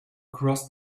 across